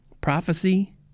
prophecy